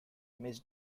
miss